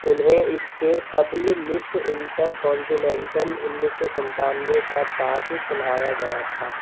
انہیں اس کے قبل مس انٹر کانٹینینٹل انیس سو ستانوے کا تاج پہنایا گیا تھا